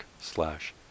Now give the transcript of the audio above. slash